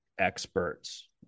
experts